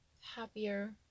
happier